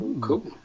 Cool